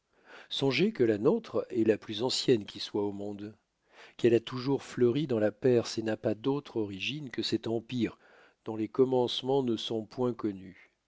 songez que la nôtre est la plus ancienne qui soit au monde qu'elle a toujours fleuri dans la perse et n'a pas d'autre origine que cet empire dont les commencements ne sont point connus